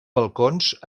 balcons